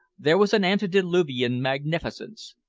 there was an antediluvian magnificence,